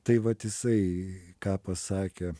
tai vat jisai ką pasakė